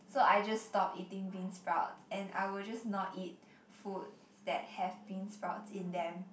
so I just stopped eating beansprout and I will just not eat foods that have beansprouts in them